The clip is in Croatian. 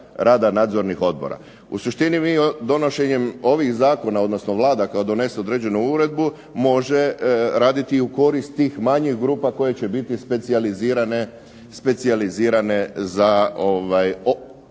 U suštini mi donošenjem ovih zakona odnosno Vlada kada donese određenu uredbu može raditi u korist tih manjih grupa koje će biti specijalizirane za